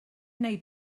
neu